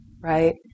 right